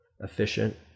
efficient